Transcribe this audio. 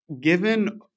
given